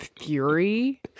fury